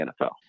NFL